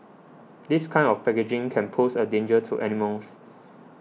this kind of packaging can pose a danger to animals